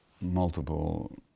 multiple